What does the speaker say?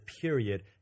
period